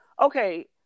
Okay